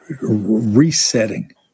resetting